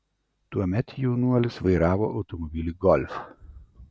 tuomet jaunuolis vairavo automobilį golf